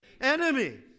enemy